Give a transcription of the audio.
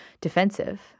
defensive